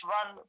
one